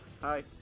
Hi